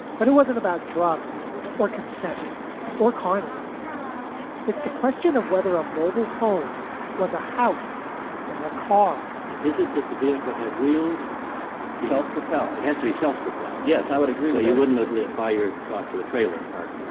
but it wasn't about drugs or consent or carney it's the question of whether a mobile home was a house or a car is it that the vehicle had wheels self-propelled? it has to be self-propelled. yes, i would agree. like wouldn't live by your thought to a trailer park in it.